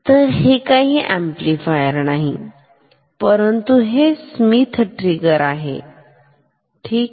तर हे काही ऍम्प्लिफायर नाही परंतु हे स्मिथ ट्रिगर आहे ठीक